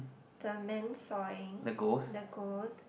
the man sawing the ghost